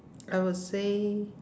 I would say